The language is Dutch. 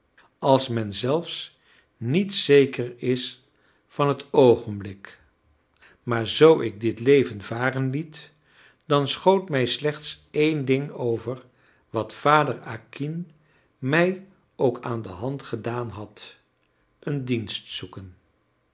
als men zelfs niet zeker is van het oogenblik maar zoo ik dit leven varen liet dan schoot mij slechts één ding over wat vader acquin mij ook aan de hand gedaan had een dienst zoeken